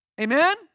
Amen